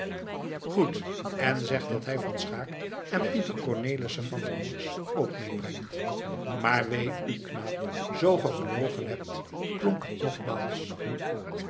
goed en zeg dat hij van schaeck en pieter cornelisse van der morsch ook mee brengt maar wee u knaap zoo ge gelogen hebt klonk het nogmaals